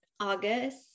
August